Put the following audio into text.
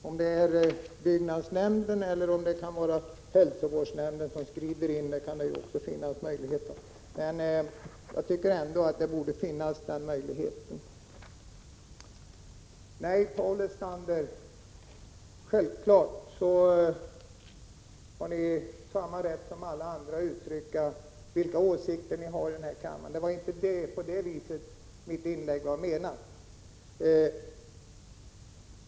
Det kan vara byggnadsnämnden eller hälsovårdsnämnden som ingriper, och den möjligheten bör finnas. Nej, Paul Lestander, självfallet har ni samma rätt som alla andra att uttrycka era åsikter i kammaren. Det var inte så mitt inlägg var menat.